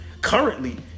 currently